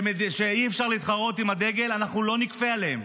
שאי-אפשר להתחרות עם הדגל, אנחנו לא נכפה עליהם.